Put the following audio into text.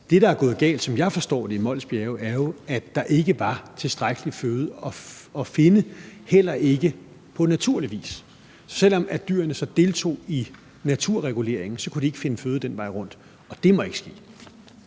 Mols Bjerge, som jeg forstår det, var, at der ikke var tilstrækkelig føde at finde, heller ikke på naturlig vis. Selv om dyrene så deltog i naturreguleringen, kunne de ikke finde føde den vej rundt, og det må ikke ske.